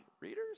Readers